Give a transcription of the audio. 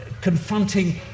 confronting